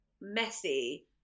messy